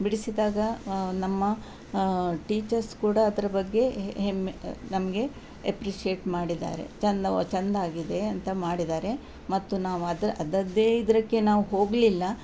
ಬಿಡಿಸಿದಾಗ ನಮ್ಮ ಟೀಚರ್ಸ್ ಕೂಡ ಅದರ ಬಗ್ಗೆ ಹೆಮ್ಮೆ ನಮಗೆ ಎಪ್ರಿಷಿಯೇಟ್ ಮಾಡಿದ್ದಾರೆ ಚೆಂದ ಓಹ್ ಚೆಂದಾಗಿದೆ ಅಂತ ಮಾಡಿದ್ದಾರೆ ಮತ್ತು ನಾವು ಅದು ಅದರದ್ದೇ ಇದಕ್ಕೆ ನಾವು ಹೋಗಲಿಲ್ಲ